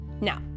now